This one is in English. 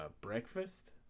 breakfast